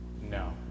No